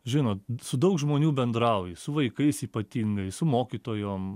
žino su daug žmonių bendrauji su vaikais ypatingai su mokytojom